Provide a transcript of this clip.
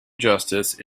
justice